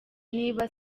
niba